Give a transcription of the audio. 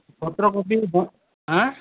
ପତ୍ରକୋବି ଦ ଆଁ